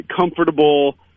comfortable